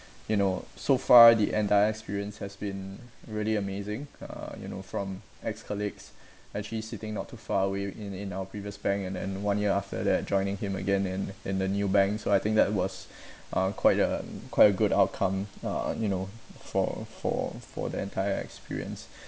you know so far the entire experience has been really amazing uh you know from ex-colleagues actually sitting not too far away in in our previous bank and then one year after that joining him again in in the new bank so I think that was uh quite a quite a good outcome uh you know for for for the entire experience